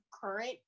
current